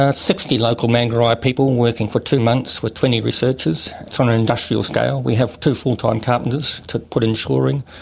ah sixty local manggarai people and working for two months with twenty researchers, it's on an industrial scale. we have two full-time carpenters to put in shoring,